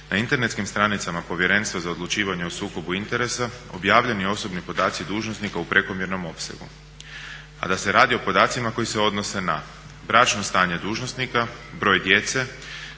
na internetskim stranama Povjerenstva za odlučivanje o sukobu interesa objavljeni osobni podaci dužnosnika u prekomjernom opsegu, a da se radi o podacima koji se odnose na bračno stanje dužnosnika, broj djece,